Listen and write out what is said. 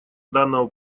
данного